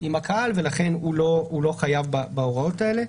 עם הקהל ולכן הוא לא חייב בהוראות האלה.